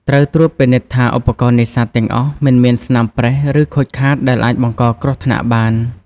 ត្រូវត្រួតពិនិត្យថាឧបករណ៍នេសាទទាំងអស់ មិនមានស្នាមប្រេះ ឬខូចខាតដែលអាចបង្កគ្រោះថ្នាក់បាន។